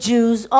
Jews